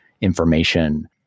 information